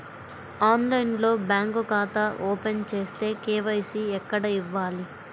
ఆన్లైన్లో బ్యాంకు ఖాతా ఓపెన్ చేస్తే, కే.వై.సి ఎక్కడ ఇవ్వాలి?